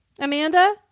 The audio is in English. Amanda